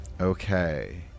Okay